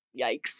yikes